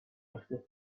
افته